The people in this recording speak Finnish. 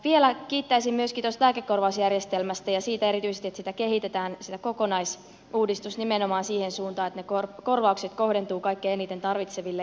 vielä kiittäisin myöskin tuosta lääkekorvausjärjestelmästä ja siitä erityisesti että sitä kehitetään sitä kokonaisuudistusta nimenomaan siihen suuntaan että ne korvaukset kohdentuvat kaikkein eniten tarvitseville